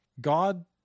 God